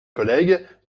collègues